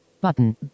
Button